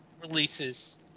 releases